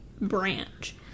branch